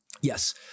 Yes